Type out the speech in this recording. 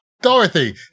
Dorothy